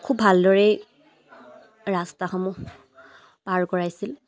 খুব ভালদৰেই ৰাস্তাসমূহ পাৰ কৰাইছিল